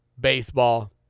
baseball